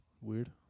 Weird